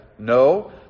No